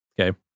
Okay